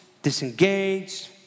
disengaged